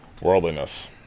Worldliness